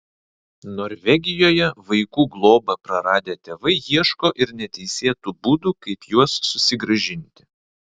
norvegijoje vaikų globą praradę tėvai ieško ir neteisėtų būdų kaip juos susigrąžinti